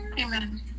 amen